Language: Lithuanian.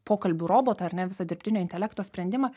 pokalbių robotą ar ne visą dirbtinio intelekto sprendimą